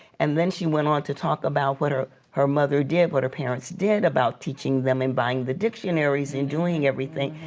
and then she went on to talk about what her mother did, what her parents did about teaching them and buying the dictionaries and doing everything.